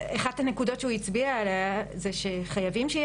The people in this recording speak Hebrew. אחת הנקודות שהוא הצביע עליה זה שחייבים שיהיה